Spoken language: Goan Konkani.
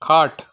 खाट